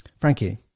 Frankie